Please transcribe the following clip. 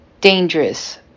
dangerous